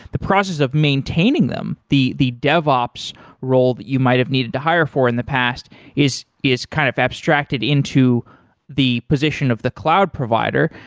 the process of maintaining them, the the devops role that you might have needed to hire for in the past is is kind of abstracted into the position of the cloud provider.